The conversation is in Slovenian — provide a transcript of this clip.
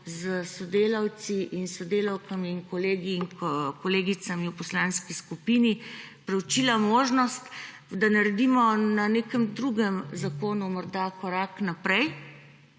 s sodelavci in sodelavkami, kolegi in kolegicami v poslanski skupini proučila možnost, da naredimo na nekem drugem zakonu morda korak naprej,